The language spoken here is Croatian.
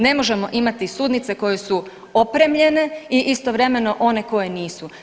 Ne možemo imati sudnice koje su opremljene i istovremeno one koje nisu.